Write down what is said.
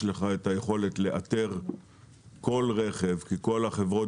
יש לך את היכולת לאתר כל רכב כי כל חברות